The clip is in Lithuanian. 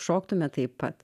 šoktume taip pat